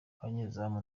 abanyezamu